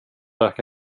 röka